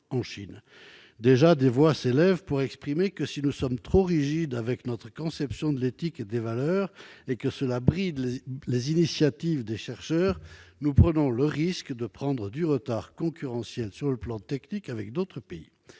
Déjà, des voix s'élèvent pour affirmer que, si nous sommes trop rigides dans notre conception de l'éthique et des valeurs, cela bridera les initiatives des chercheurs, et nous courons alors le risque de prendre un retard concurrentiel, sur le plan technique, par rapport à d'autres pays.